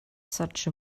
such